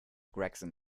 gregson